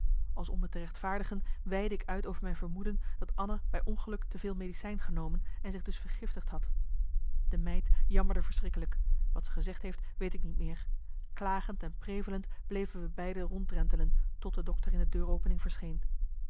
als om me te rechtvaardigen weidde ik uit over mijn vermoeden dat anna bij ongeluk te veel medicijn genomen en zich dus vergiftigd had de meid jammerde verschrikkelijk wat ze gezegd heeft weet ik niet meer klagend en prevelend bleven we beiden ronddrentelen tot de dokter in de deuropening verscheen